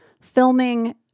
filming